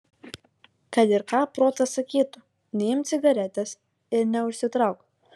kad ir ką protas sakytų neimk cigaretės ir neužsitrauk